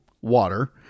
water